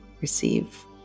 receive